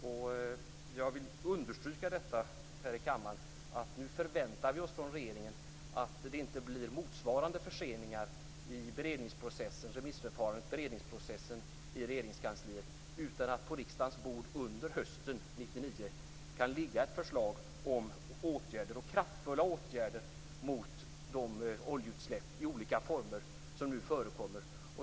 Jag vill understryka här i kammaren att vi nu förväntar oss från regeringen att det inte blir motsvarande förseningar i remissförfarandet och beredningsprocessen i Regeringskansliet, utan att det på riksdagens bord under hösten 1999 kan ligga ett förslag om kraftfulla åtgärder mot de oljeutsläpp i olika former som nu förekommer!